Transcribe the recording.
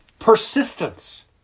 Persistence